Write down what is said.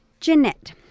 Jeanette